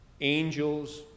Angels